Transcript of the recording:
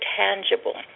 tangible